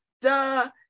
duh